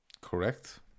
Correct